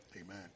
Amen